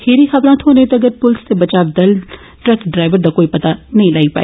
खीरी खवरां थ्होने तगर पुलस ते बचाव दल ट्रक ड्राइवर दा कोई पता नेंई लग्गा